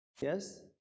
Yes